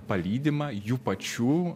palydimą jų pačių